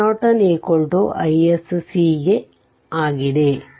iNorton iSC ಗೆ ಆಗಿದೆ